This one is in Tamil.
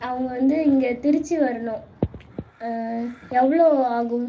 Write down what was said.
அவங்க வந்து இங்கே திருச்சி வரணும் எவ்வளோ ஆகும்